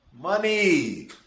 Money